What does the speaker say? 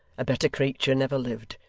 a better creature never lived.